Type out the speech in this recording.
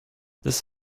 this